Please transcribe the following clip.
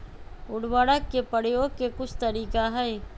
उरवरक के परयोग के कुछ तरीका हई